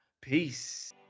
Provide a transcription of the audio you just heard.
Peace